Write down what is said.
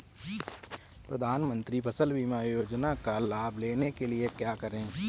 प्रधानमंत्री फसल बीमा योजना का लाभ लेने के लिए क्या करें?